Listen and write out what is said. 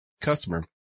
customer